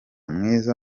mwiza